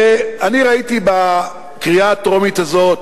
אני ראיתי בקריאה הטרומית הזאת